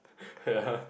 ya